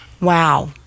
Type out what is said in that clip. Wow